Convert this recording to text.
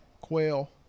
quail